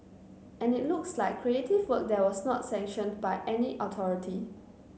and it looks like creative work that was not sanctioned by any authority